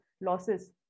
losses